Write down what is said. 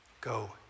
Go